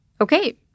Okay